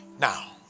Now